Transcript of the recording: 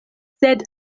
sed